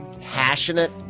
passionate